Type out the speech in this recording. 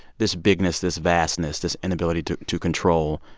this bigness, this vastness, this inability to to control,